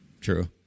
True